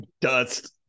dust